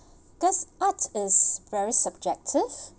just art is very subjective